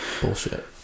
Bullshit